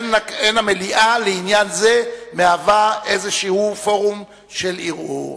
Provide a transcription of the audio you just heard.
אין המליאה מהווה לעניין זה פורום של ערעור.